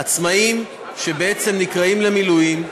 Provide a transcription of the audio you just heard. עצמאים שבעצם נקראים למילואים,